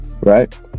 right